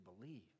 believe